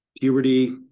puberty